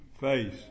face